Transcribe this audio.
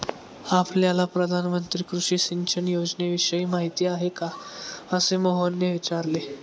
आपल्याला प्रधानमंत्री कृषी सिंचन योजनेविषयी माहिती आहे का? असे मोहनने विचारले